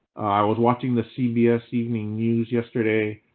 i was watching the cbs evening news yesterday,